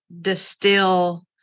distill